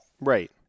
Right